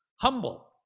humble